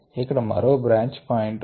ఇక్కడ మరో branch point ఉంది